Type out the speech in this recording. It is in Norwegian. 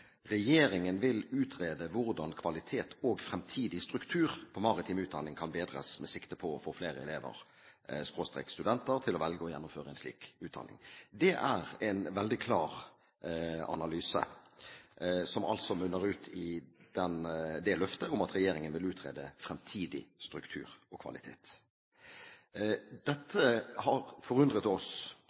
Regjeringen vil utrede hvordan kvalitet og framtidig struktur på maritim utdanning kan bedres med sikte på å få flere elever/studenter til å velge og gjennomføre en slik utdanning.» Det er en veldig klar analyse som altså munner ut i løftet om at regjeringen vil utrede fremtidig struktur og kvalitet. Dette har forundret oss